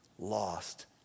lost